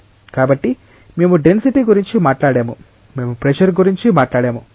కాబట్టి మేము డెన్సిటీ గురించి మాట్లాడాము మేము ప్రెషర్ గురించి మాట్లాడాము